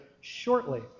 shortly